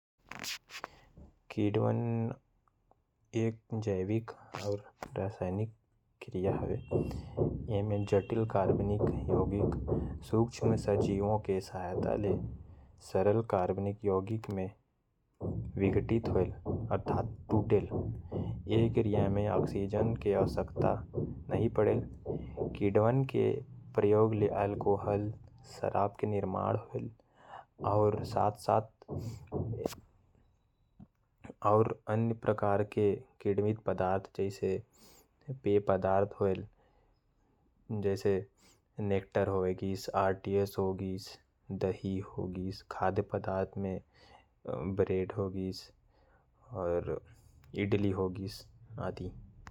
किड़वन एक जैव-रासायनिक क्रिया है। एमे जटिल कार्बनिक यौगिक सूक्ष्म सजीव की सहायता से। सरल कार्बनिक यौगिक में विघटित होयल। इस क्रिया में ऑक्सीजन की आवश्यकता नहीं पड़ती है। किण्वन के प्रयोग से अल्कोहल या शराब के निर्माण होयल। पावरोटी एवं बिस्कूट बनाए में भी इसका उपयोग होयल।